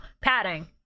padding